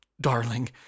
darling